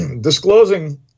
disclosing